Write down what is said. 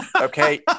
Okay